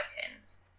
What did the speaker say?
buttons